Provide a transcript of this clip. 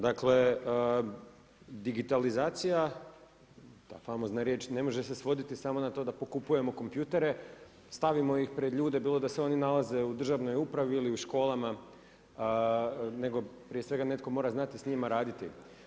Dakle, digitalizacija ta famozna riječ ne može se svoditi samo na to da pokupujemo kompjutore, stavimo ih pred ljude bilo da se oni nalaze u državnoj upravi ili u školama nego prije svega netko mora znati s njima raditi.